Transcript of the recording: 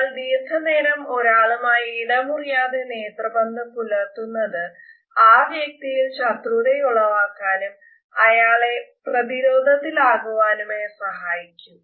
എന്നാൽ ദീർഘനേരം ഒരാളുമായി ഇടമുറിയാതെ നേത്രബന്ധം പുലർത്തുന്നത് ആ വ്യക്തിയിൽ ശത്രുതയുളവാക്കാനും അയാളെ പ്രതിരോധത്തിലാകുവാനുമേ സഹായിക്കു